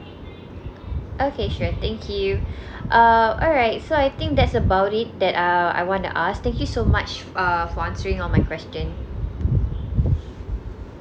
okay sure thank you uh alright so I think that's about it that err I wanna ask thank you so much err for answering all my question